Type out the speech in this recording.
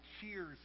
cheers